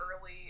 early